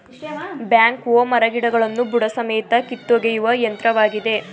back ಹೋ ಮರಗಿಡಗಳನ್ನು ಬುಡಸಮೇತ ಕಿತ್ತೊಗೆಯುವ ಯಂತ್ರವಾಗಿದೆ